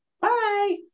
bye